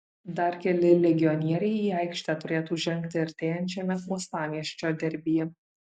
dar keli legionieriai į aikštę turėtų žengti artėjančiame uostamiesčio derbyje